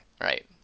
right